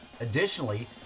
Additionally